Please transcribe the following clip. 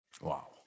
Wow